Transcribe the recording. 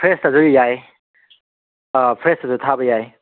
ꯐ꯭ꯔꯦꯁꯇꯖꯨ ꯌꯥꯏ ꯐ꯭ꯔꯦꯁꯇꯖꯨ ꯊꯥꯕ ꯌꯥꯏ